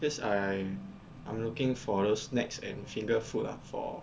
that's I I'm looking for those snacks and finger food ah for